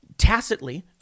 tacitly